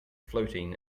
floating